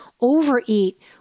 Overeat